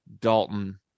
Dalton